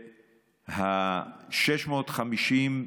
650,